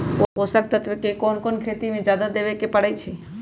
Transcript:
पोषक तत्व क कौन कौन खेती म जादा देवे क परईछी?